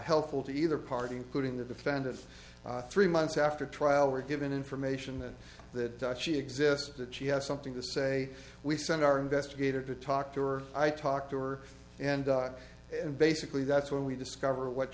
helpful to either party including the defendant three months after trial we're given information that she exists that she has something to say we sent our investigator to talk to her i talked to her and and basically that's when we discover what